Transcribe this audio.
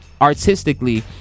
artistically